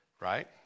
right